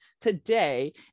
today